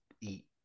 eat